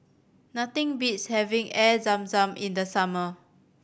nothing beats having Air Zam Zam in the summer